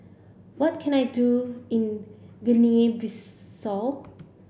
what can I do in Guinea Bissau